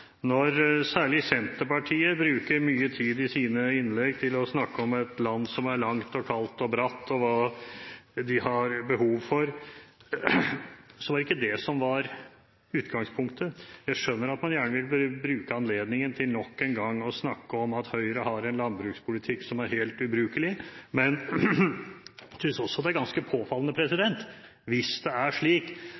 Når særlig Senterpartiet bruker mye tid i sine innlegg til å snakke om et land som er langt og kaldt og bratt, og om hva de har behov for, så var det ikke det som var utgangspunktet. Jeg skjønner at man gjerne vil bruke anledningen til nok en gang å snakke om at Høyre har en landbrukspolitikk som er helt ubrukelig, men jeg synes også det er ganske påfallende